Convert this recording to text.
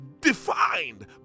defined